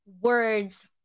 words